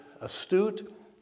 astute